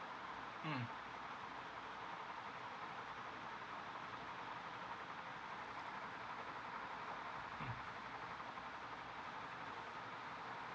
um